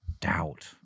doubt